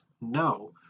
No